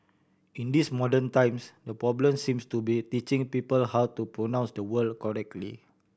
in these modern times the problem seems to be teaching people how to pronounce the word correctly